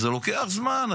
זה לוקח זמן.